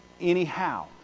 anyhow